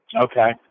Okay